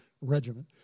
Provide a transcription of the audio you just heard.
regiment